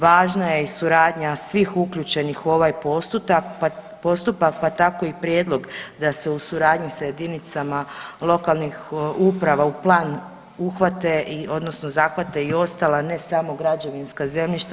Važna je i suradnja svih uključenih u ovaj postupak pa tako i prijedlog da se u suradnji sa jedinicama lokalnih uprava u plan uhvate, odnosno zahvate i ostala ne samo građevinska zemljišta.